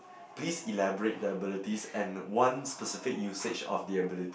please elaborate the abilities and one specific usage of the ability